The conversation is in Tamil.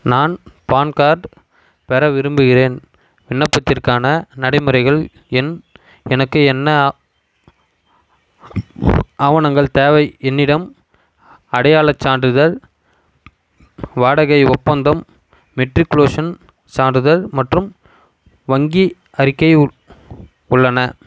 நான் பான்கார்ட் பெற விரும்புகிறேன் விண்ணப்பத்திற்கான நடைமுறைகள் எண் எனக்கு என்ன ஆவணங்கள் தேவை என்னிடம் அடையாள சான்றிதழ் வாடகை ஒப்பந்தம் மெட்ரிக்லோஷன் சான்றிதழ் மற்றும் வங்கி அறிக்கை உட் உள்ளன